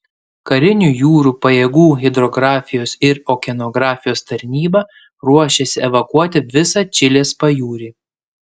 karinių jūrų pajėgų hidrografijos ir okeanografijos tarnyba ruošiasi evakuoti visą čilės pajūrį